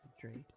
drapes